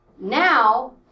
now